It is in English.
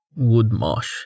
Woodmarsh